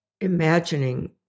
imagining